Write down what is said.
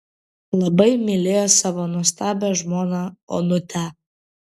labai mylėjo savo nuostabią žmoną onutę